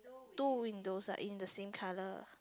two windows right in the same colour